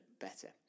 better